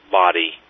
body